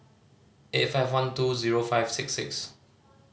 eight five one two zero five six six